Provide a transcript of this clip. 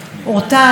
עליזה שפק,